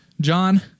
John